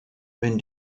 when